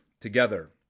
together